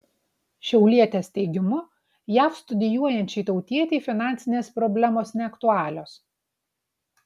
šiaulietės teigimu jav studijuojančiai tautietei finansinės problemos neaktualios